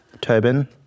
Tobin